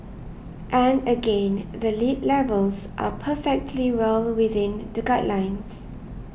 and again the lead levels are perfectly well within the guidelines